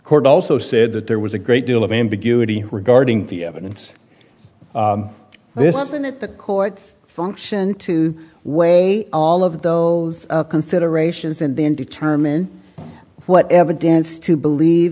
court also said that there was a great deal of ambiguity regarding the evidence this isn't the court's function to weigh all of those considerations and then determine what evidence to believe